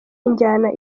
njyana